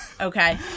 Okay